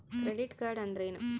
Credit card ಅಂದ್ರೇನು?